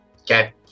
Okay